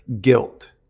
guilt